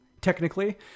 technically